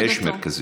יש מרכזים.